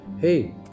Hey